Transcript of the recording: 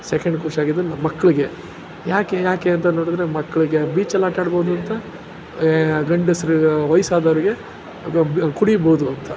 second ಖುಷಿಯಾಗಿದ್ದು ನಮ್ಮ ಮಕ್ಕಳಿಗೆ ಯಾಕೆ ಯಾಕೆ ಅಂತ ನೋಡಿದ್ರೆ ಮಕ್ಕಳಿಗೆ ಬೀಚಲ್ಲಿ ಆಟಾಡ್ಬೋದು ಅಂತ ಗಂಡಸರ ವಯಸ್ಸಾದವ್ರಿಗೆ ಬ್ ಕುಡಿಬೋದು ಅಂತ